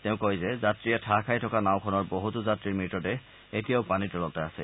তেওঁ কয় যে যাত্ৰীৰে ঠাহ খাই থকা নাওখনৰ বহুতো যাত্ৰীৰ মৃতদেহ এতিয়াও পানীৰ তলতে আছে